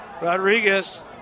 Rodriguez